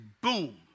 boom